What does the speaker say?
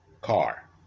car